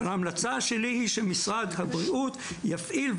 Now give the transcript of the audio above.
ההמלצה שלי היא שמשרד הבריאות יפעיל,